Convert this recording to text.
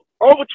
over